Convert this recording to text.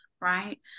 Right